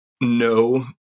no